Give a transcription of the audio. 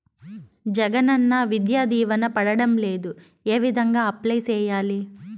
జగనన్న విద్యా దీవెన పడడం లేదు ఏ విధంగా అప్లై సేయాలి